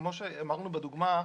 כמו שאמרנו בדוגמה,